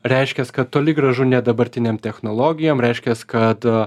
reiškias kad toli gražu ne dabartinėm technologijom reiškias kad